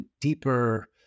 deeper